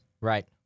Right